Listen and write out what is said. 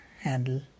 handle